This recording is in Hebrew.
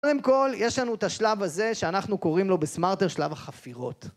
קודם כל יש לנו את השלב הזה שאנחנו קוראים לו בסמארטר שלב החפירות